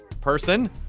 person